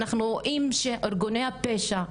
אנחנו רואים שארגוני הפשע,